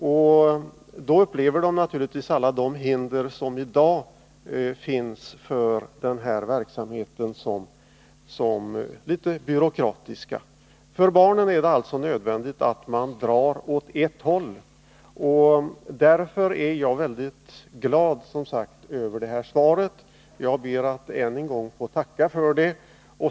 Och då upplever de naturligtvis alla de hinder som i dag finns för denna verksamhet som en aning byråkratiska. För barnens skull är det nödvändigt att man drar åt ett håll. Därför är jag mycket glad över det svar som jag i dag har fått, och jag ber än en gång att få tacka för detta.